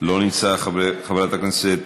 לא נמצא, חברת הכנסת